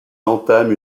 entament